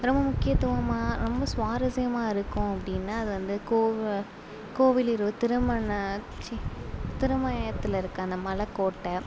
ரொம்ப முக்கியத்துவமாக ரொம்ப சுவாரஸ்யமாக இருக்கும் அப்படினா அது வந்து கோ கோவில் திருமண சீ திருமயத்தில் இருக்க அந்த மலக்கோட்டை